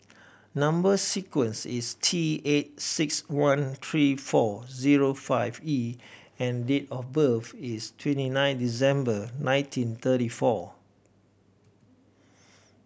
number sequence is T eight six one three four zero five E and date of birth is twenty nine December nineteen thirty four